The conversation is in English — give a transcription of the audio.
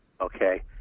okay